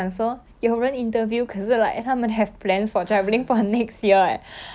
orh for next year ah oh ya some people say by next year 应该可以出国 liao but